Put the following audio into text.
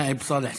נאאב סאלח סעד.